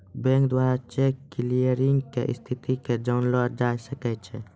bank द्वारा cheque clearing के स्थिति के जानलो जाय सकै छै